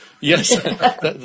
Yes